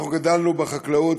אנחנו גדלנו בחקלאות,